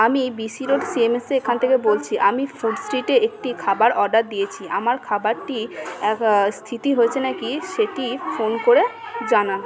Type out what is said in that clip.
আমি B C road C M এসের এখান থেকে বলছি আমি ফুড স্ট্রিটে একটি খাবার অর্ডার দিয়েছি আমার খাবারটি স্থিতি হয়েছে না কি সেটি ফোন করে জানাও